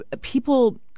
people